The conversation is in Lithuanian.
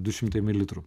du šimtai mililitrų